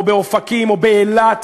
באופקים ובאילת.